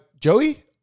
Joey